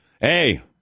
Hey